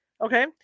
Okay